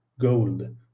gold